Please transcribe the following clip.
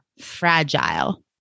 fragile